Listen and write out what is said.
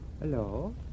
Hello